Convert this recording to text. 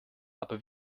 aber